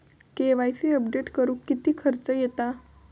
KYC update करुक किती खर्च येता?